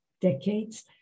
decades